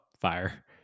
fire